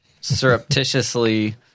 surreptitiously